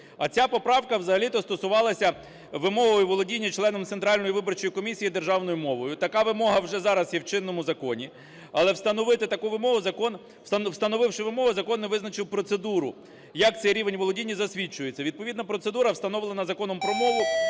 А ця поправка, взагалі-то, стосувалась вимогою володіння членами Центральної виборчої комісії державною мовою. І така вимога вже зараз є вже в чинному законі. Але встановити таку вимогу закон… встановивши вимогу, закон не визначив процедуру, як цей рівень володіння засвідчується. Відповідна процедура встановлена Законом про мову,